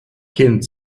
kind